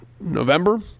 November